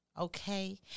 Okay